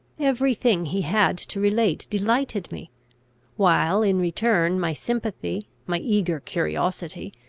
every thing he had to relate delighted me while, in return, my sympathy, my eager curiosity,